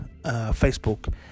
facebook